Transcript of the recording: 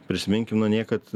prisiminkim na niekad